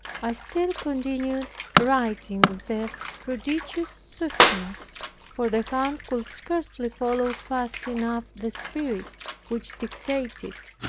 i still continued writing with a prodigious swiftness for the hand could scarcely follow fast enough the spirit which dictated.